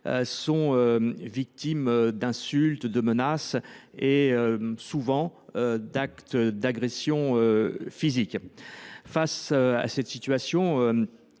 sont victimes d’insultes, de menaces et, souvent, d’agressions physiques. Face à cette situation,